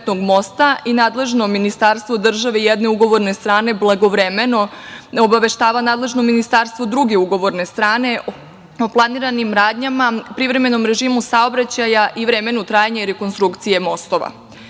i nadležno ministarstvo države jedne ugovorne strane blagovremeno obaveštava nadležno ministarstvo druge ugovorne strane o planiranim radnjama, privremenom režimu saobraćaja i vremenu trajanja rekonstrukcije